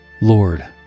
Lord